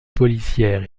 policière